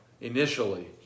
initially